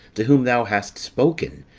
to whom thou hast spoken,